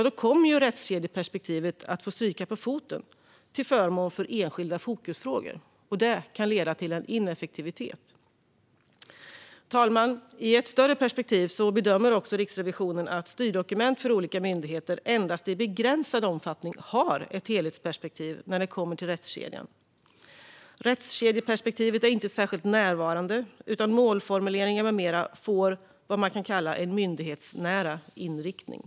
Då kommer rättskedjeperspektivet att få stryka på foten till förmån för enskilda fokusfrågor. Det kan leda till en ineffektivitet. Fru talman! I ett större perspektiv bedömer Riksrevisionen att styrdokument för olika myndigheter endast i begränsad omfattning har ett helhetsperspektiv när det kommer till rättskedjan. Rättskedjeperspektivet är inte särskilt närvarande, utan målformuleringar med mera får vad man kan kalla en myndighetsnära inriktning.